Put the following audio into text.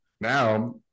now